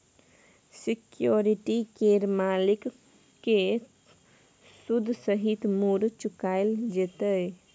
security केर मालिक केँ सुद सहित मुर चुकाएल जेतै